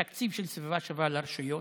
תקציב של "סביבה שווה" לרשויות,